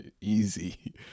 Easy